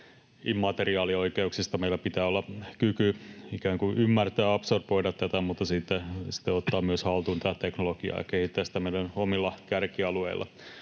immateriaalioikeuksista, meillä pitää olla kyky ikään kuin ymmärtää ja absorboida tätä mutta myös ottaa haltuun tämä teknologia ja kehittää sitä meidän omilla kärkialueillamme.